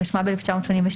התשמ"ב-1982,